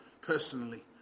personally